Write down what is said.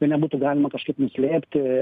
jo nebūtų galima kažkaip nuslėpti